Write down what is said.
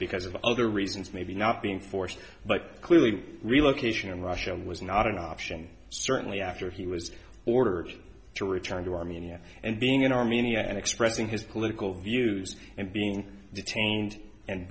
because of other reasons maybe not being forced but clearly relocation in russia was not an option certainly after he was ordered to return to armenia and being in armenia and expressing his political views and being detained and